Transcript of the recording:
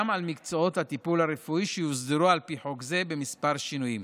גם על מקצועות הטיפול הרפואי שיוסדרו על פי חוק זה בכמה שינויים.